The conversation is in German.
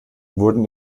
wurden